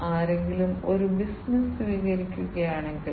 scan cycle PLC scan cycle എന്ന് വിളിക്കപ്പെടുന്ന ഒന്ന് ഉണ്ട്